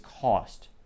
cost